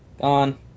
Gone